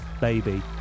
Baby